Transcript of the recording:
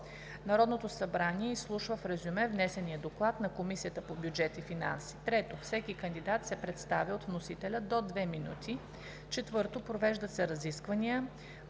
Народното събрание изслушва в резюме внесения доклад на Комисията по бюджет и финанси. 3. Всеки кандидат се представя от вносителя – до две минути. 4. Провеждат се разисквания